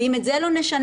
ואם את זה לא נשנה,